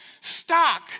stock